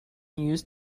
used